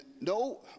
no